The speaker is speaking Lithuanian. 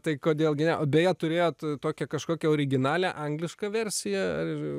tai kodėl gi ne o beje turėjot tokią kažkokią originalią anglišką versiją ar